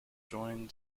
joined